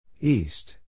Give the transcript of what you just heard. East